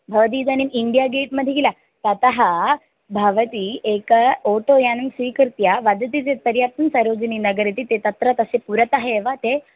भवती इदानीम् India gate मध्ये किल ततः भवती एकं ओटो यानं स्वीकृत्य वदति चेत् पर्याप्तं सरोजिनीनगर् इति ते तत्र तस्य पुरतः एव ते